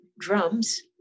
drums